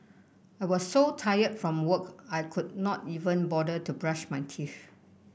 I was so tired from work I could not even bother to brush my teeth